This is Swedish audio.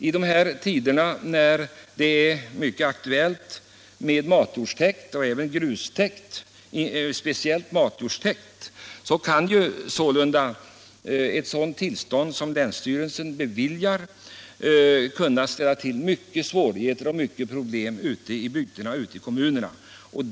I dessa tider när det är mycket aktuellt med grustäkt och speciellt matjordstäkt kan ett sådant tillstånd som länsstyrelsen beviljar ställa till stora svårigheter i Miljövårdspoliti kommunerna.